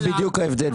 זה בדיוק ההבדל,